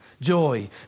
joy